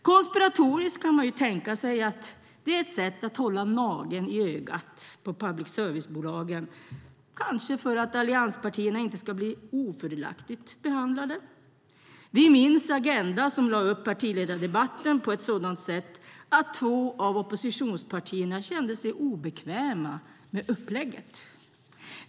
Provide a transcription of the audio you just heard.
Konspiratoriskt kan man tänka sig att det är ett sätt att hålla nageln i ögat på public service-bolagen, kanske för att allianspartierna inte ska bli ofördelaktigt behandlade. Vi minns Agenda som lade upp partiledardebatten på ett sådant sätt att två av oppositionspartierna kände sig obekväma med upplägget.